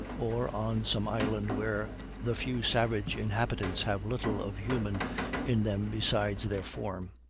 or on some island where the few savage inhabitants have little of human in them besides their form.